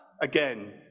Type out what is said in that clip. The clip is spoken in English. again